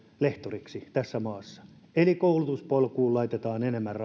lehtoriksi tässä maassa eli koulutuspolkuun laitetaan enemmän